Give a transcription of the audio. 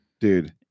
Dude